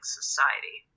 society